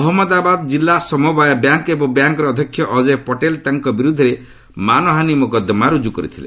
ଅହମ୍ମଦାବାଦ ଜିଲ୍ଲା ସମବାୟ ବ୍ୟାଙ୍କ୍ ଏବଂ ବ୍ୟାଙ୍କ୍ର ଅଧ୍ୟକ୍ଷ ଅଜୟ ପଟେଲ ତାଙ୍କ ବିରୁଦ୍ଧରେ ମାନହାନୀ ମୋକଦ୍ଦମା ରୁଜୁ କରିଥିଲେ